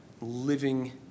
living